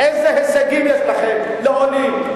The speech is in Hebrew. איזה הישגים יש לכם לעולים?